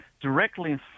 directly